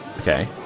Okay